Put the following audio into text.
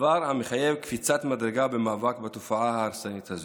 דבר המחייב קפיצת מדרגה במאבק בתופעה ההרסנית הזאת.